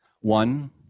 one